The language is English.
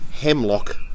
Hemlock